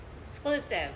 Exclusive